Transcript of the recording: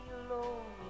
alone